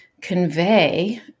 convey